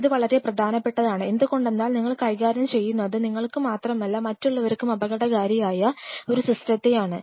ഇത് വളരെ പ്രധാനപ്പെട്ടതാണ് എന്തുകൊണ്ടെന്നാൽ നിങ്ങൾ കൈകാര്യം ചെയ്യുന്നത് നിങ്ങൾക്ക് മാത്രമല്ല മറ്റുള്ളവർക്കും അപകടകാരിയായ ഒരു സിസ്റ്റത്തിനെയാണ്